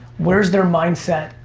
where's their mindset?